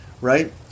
right